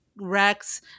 Rex